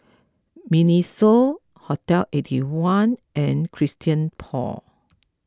Miniso Hotel Eighty One and Christian Paul